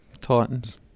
Titans